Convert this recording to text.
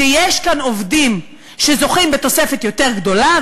כשיש כאן עובדים שזוכים בתוספת יותר גדולה,